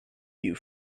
you